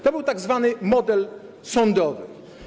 To był tzw. model sądowy.